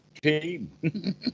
team